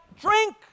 drink